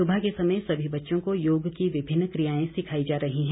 सुबह के समय सभी बच्चों को योग की विभिन्न क्रियाएं सिखाई जा रही हैं